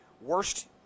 worst